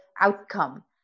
outcome